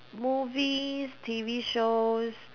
movies T_V shows